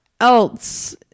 else